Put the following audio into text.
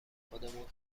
خودمون